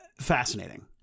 Fascinating